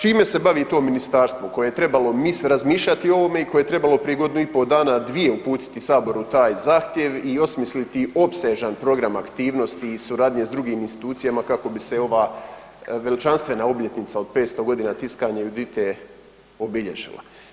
Čime se bavi to ministarstvo koje je trebalo razmišljati o ovome i koje je trebalo prije godinu i po' dana, dvije, uputiti Saboru taj zahtjev i osmisliti opsežan program aktivnosti i suradnje s drugim institucijama kako bi se ova veličanstvena obljetnica od 500 g. tiskanja Judite obilježila.